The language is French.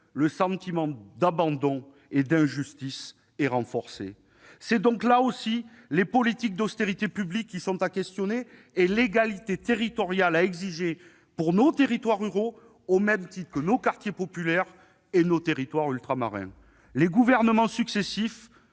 le sentiment d'abandon et d'injustice est renforcé. C'est donc, là aussi, les politiques d'austérité publique qu'il faut questionner et l'égalité territoriale qu'il faut exiger pour nos territoires ruraux, au même titre que pour nos quartiers populaires et nos territoires ultramarins. Les gouvernements successifs